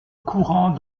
courant